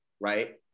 right